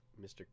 Mr